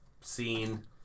scene